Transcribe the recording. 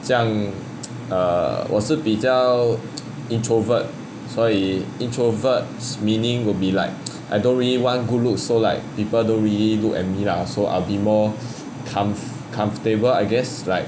将:jiangang err 我是比较 introvert 所以 introverts meaning will be like I don't really one good looks so like people don't really look at me lah so I'll be more comf~ comfortable I guess like